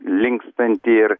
linkstanti ir